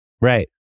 Right